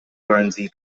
guernsey